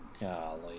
golly